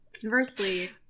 conversely